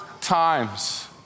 times